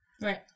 Right